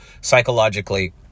psychologically